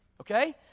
okay